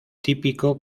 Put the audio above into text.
típico